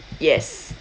yes